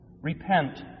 Repent